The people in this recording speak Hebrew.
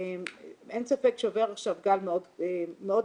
אין ספק שעובר עכשיו גל מאוד משמעותי,